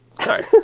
Sorry